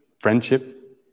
friendship